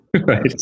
right